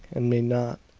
and may not.